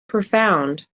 profound